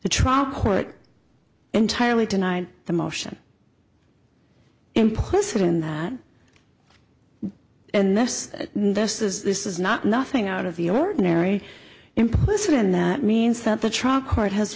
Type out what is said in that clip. the trial court entirely denied the motion implicit in that and this know this is this is not nothing out of the ordinary implicit in that means that the trial court has